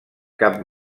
cap